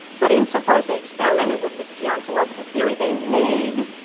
but, insofar as they experimented with this geontological theory, they made